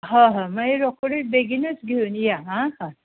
हय हय मागीर रोकडे बेगीनूच घेवन येयात आं हां